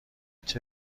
هیچ